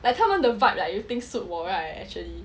like 他们的 vibe like you think suit 我 right actually